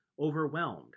Overwhelmed